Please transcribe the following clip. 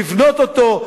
לבנות אותו,